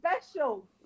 special